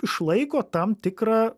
išlaiko tam tikrą